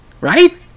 right